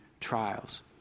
trials